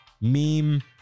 Meme